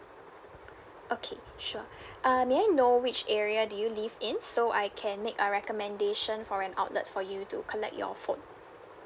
okay sure uh may I know which area do you live in so I can make a recommendation for an outlet for you to collect your phone